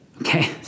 Okay